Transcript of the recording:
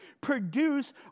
Produce